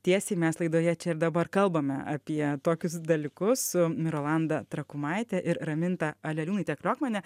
tiesiai mes laidoje čia ir dabar kalbame apie tokius dalykus mirolanda trakumaitė ir raminta aleliūnaitė krokmanė